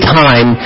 time